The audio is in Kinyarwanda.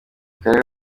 akarere